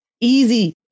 easy